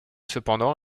cependant